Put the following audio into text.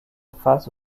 face